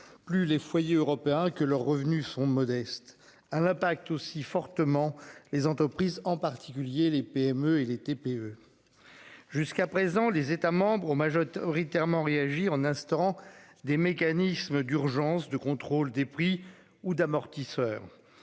Plus les foyers européens que leurs revenus sont modestes à l'impact aussi fortement les entreprises en particulier les PME et les TPE. Voilà. Jusqu'à présent, les États membres ont majoritairement réagit en instaurant des mécanismes d'urgence de contrôle des prix ou d'amortisseurs.